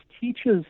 teaches